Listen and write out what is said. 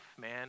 man